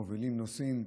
מובילים נוסעים,